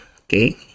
okay